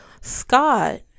Scott